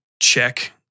check